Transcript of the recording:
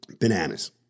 bananas